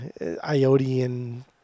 Iodian